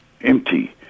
Empty